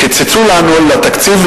קיצצו לנו בתקציב,